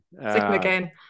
again